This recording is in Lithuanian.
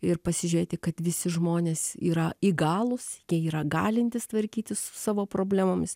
ir pasižiūrėti kad visi žmonės yra įgalūs jie yra galintys tvarkytis savo problemomis